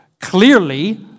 clearly